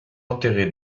enterré